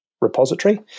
repository